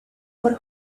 por